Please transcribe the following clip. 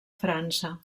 frança